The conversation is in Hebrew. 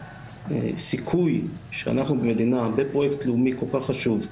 הסיכוי שאנחנו במדינה בפרויקט לאומי כל כך חשוב,